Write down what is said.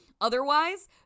Otherwise